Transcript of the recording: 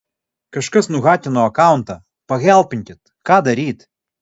kažkas nuhakino akauntą pahelpinkit ką daryt